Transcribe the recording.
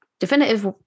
definitive